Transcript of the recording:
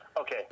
Okay